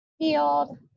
field